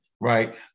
right